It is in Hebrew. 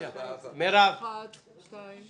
הצבעה בעד, 5 נגד,